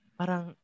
parang